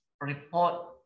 report